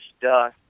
duh